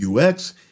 UX